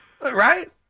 Right